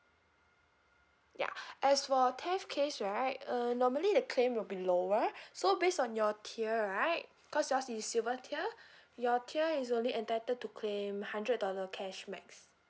ya as for theft case right uh normally the claim will be lower so based on your tier right cause yours is silver tier your tier is only entitled to claim hundred dollar cash max